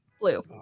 Blue